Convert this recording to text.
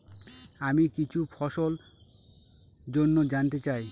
আমি কিছু ফসল জন্য জানতে চাই